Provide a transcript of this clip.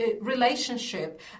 relationship